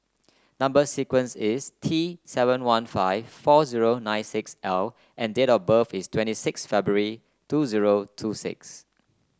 number sequence is T seven one five four zero nine six L and date of birth is twenty six February two zero two six